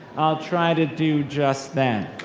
i'll try to do just that.